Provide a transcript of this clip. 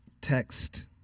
text